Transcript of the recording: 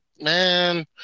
man